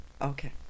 Okay